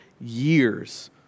years